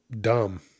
dumb